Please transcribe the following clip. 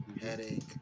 Headache